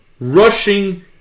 rushing